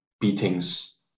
beatings